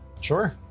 Sure